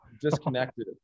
disconnected